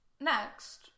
Next